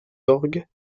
orgues